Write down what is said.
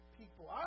people